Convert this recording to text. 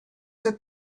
that